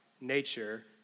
nature